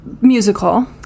musical